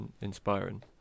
inspiring